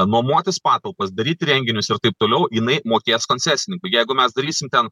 nuomotis patalpas daryti renginius ir taip toliau jinai mokės koncesininkui jeigu mes darysim ten